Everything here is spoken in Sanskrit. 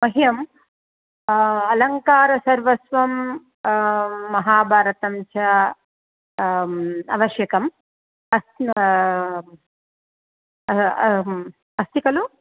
मह्यम् अलङ्कारसर्वस्वं महाभारतं च आवश्यकं अस्ति कलु